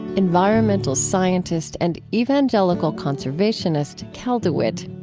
environmental scientist and evangelical conservationist cal dewitt.